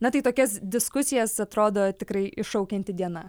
na tai tokias diskusijas atrodo tikrai iššaukianti diena